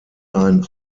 ein